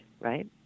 right